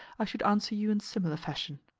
i should answer you in similar fashion.